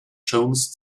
jones